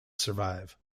survive